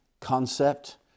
concept